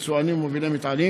יצואנים ומובילי מטענים